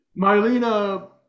Mylena